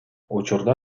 учурда